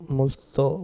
molto